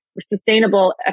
sustainable